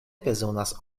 bezonas